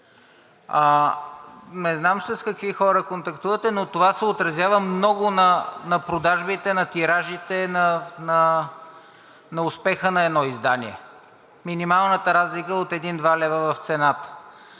Не знам с какви хора контактувате, но това се отразява много на продажбите, на тиражите, на успеха на едно издание – минималната разлика от един-два лева в цената.